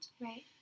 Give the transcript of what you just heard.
Right